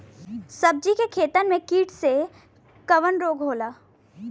सब्जी के खेतन में कीट से कवन रोग होला?